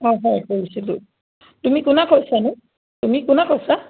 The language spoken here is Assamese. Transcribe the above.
অঁ হয় কৰিছিলোঁ তুমি কোনে কৈছা নো তুমি কোনে কৈছা